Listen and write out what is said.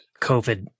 COVID